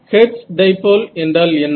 hertz dipole என்றால் என்ன